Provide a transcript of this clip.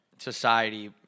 Society